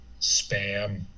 Spam